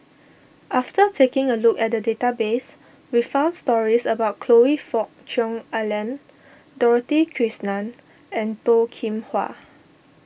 after taking a look at the database we found stories about Choe Fook Cheong Alan Dorothy Krishnan and Toh Kim Hwa